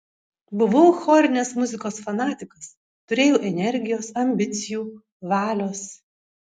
buvau chorinės muzikos fanatikas turėjau energijos ambicijų valios